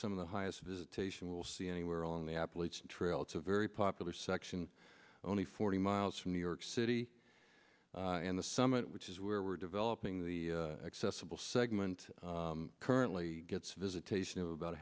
some of the highest visitation we'll see anywhere along the appalachian trail it's a very popular section only forty miles from new york city and the summit which is where we're developing the accessible segment currently it's visitation of about